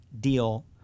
deal